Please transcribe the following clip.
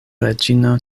reĝino